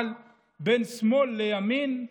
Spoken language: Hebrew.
אבל בין שמאל לימין,